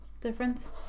difference